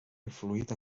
influït